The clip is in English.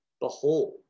behold